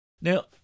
Now